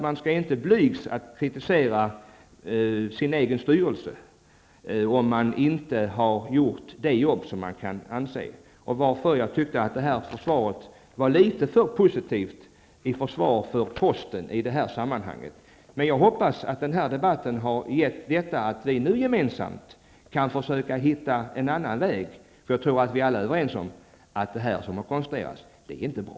Man skall inte blygas att kritisera sin egen styrelse om den inte har gjort det jobb man anser att den borde ha gjort. Jag tycker därför att det svar som gavs var litet för positivt i sitt försvar för Posten i det här sammanhanget. Jag hoppas att den här debatten har inneburit att vi nu gemensamt kan försöka hitta en annan väg, och jag tror att vi alla är överens om att det system som nu har konstruerats inte är bra.